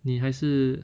你还是